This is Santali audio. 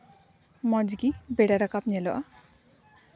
ᱢᱚᱡᱽ ᱜᱮ ᱵᱮᱲᱟ ᱨᱟᱠᱟᱵ ᱧᱮᱞᱚᱜᱼᱟ